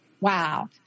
Wow